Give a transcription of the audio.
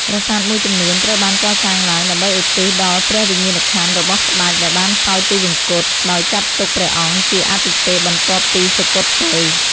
ប្រាសាទមួយចំនួនត្រូវបានកសាងឡើងដើម្បីឧទ្ទិសដល់ព្រះវិញ្ញាណក្ខន្ធរបស់ស្ដេចដែលបានសោយទិវង្គត ដោយចាត់ទុកព្រះអង្គជាអាទិទេពបន្ទាប់ពីសុគតទៅ។